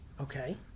okay